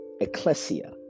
ecclesia